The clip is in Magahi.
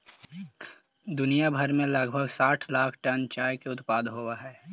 दुनिया भर में लगभग साठ लाख टन चाय के उत्पादन होब हई